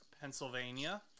Pennsylvania